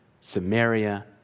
Samaria